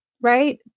right